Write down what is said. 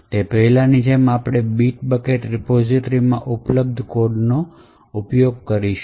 તેથી પહેલાંની જેમ આપણે બિટ બકેટ રિપોઝિટરી માં ઉપલબ્ધ કોડ્સનો ઉપયોગ કરીશું